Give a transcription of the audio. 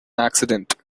accident